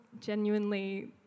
genuinely